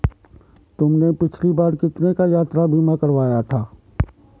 तुमने पिछली बार कितने का यात्रा बीमा करवाया था?